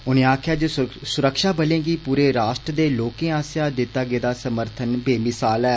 उनें आक्खेआ जे सुरक्षाबलें गी पूरे राश्ट्र दे लोकें आस्सेआ दिता गेदा समर्थन बेमिसाल ऐ